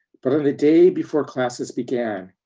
but on the day before classes began,